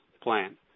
plan